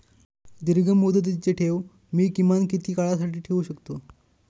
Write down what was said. दीर्घमुदतीचे ठेव मी किमान किती काळासाठी ठेवू शकतो?